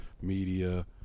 media